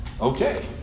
Okay